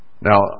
Now